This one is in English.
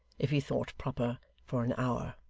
if he thought proper, for an hour.